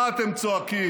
מה אתם צועקים?